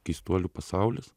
keistuolių pasaulis